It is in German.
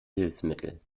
hilfsmittel